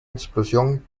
explosión